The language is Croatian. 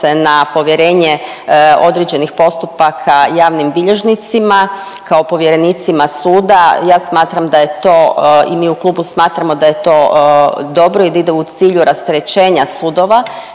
na povjerenje određenih postupaka javnim bilježnicima kao povjerenicima suda ja smatram da je to i mi u klubu smatramo da je to dobro i da ide u cilju rasterećenja sudova